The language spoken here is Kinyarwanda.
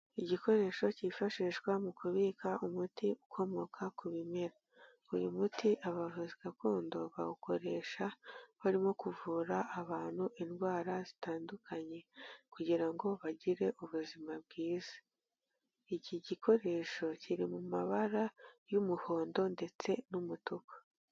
Igikoresho cyifashishwa mu kubika umuti ukomoka ku bimera, uyu muti abavuzi gakondo bawukoresha barimo kuvura abantu indwara zitandukanye kugira ngo bagire ubuzima bwiza, iki gikoresho kiri mu mabara y'umuhondo ndetse n'umutuku.